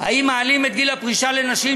אם מעלים את גיל הפרישה לנשים,